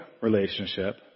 relationship